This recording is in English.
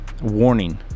warning